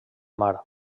mar